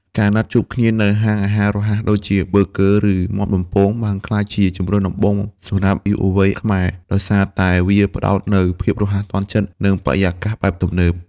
ការណាត់ជួបគ្នានៅហាងអាហាររហ័សដូចជា ប៊ឺហ្គឺ ឬមាន់បំពង បានក្លាយជាជម្រើសដំបូងសម្រាប់យុវវ័យខ្មែរ ដោយសារតែវាផ្ដល់នូវភាពរហ័សទាន់ចិត្ត និងបរិយាកាសបែបទំនើប។